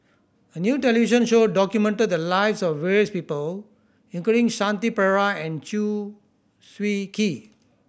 a new television show documented the lives of various people including Shanti Pereira and Chew Swee Kee